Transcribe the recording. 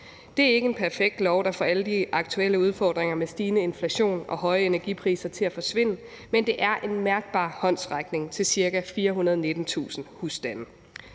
Det er ikke en perfekt lov, der får alle de aktuelle udfordringer med stigende inflation og høje energipriser til at forsvinde, men det er en mærkbar håndsrækning til ca. 419.000 husstande.